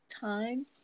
time